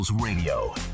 Radio